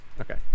Okay